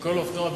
שכל אופנוע,